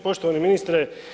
Poštovani ministre.